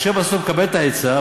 משה בסוף מקבל את העצה,